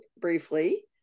briefly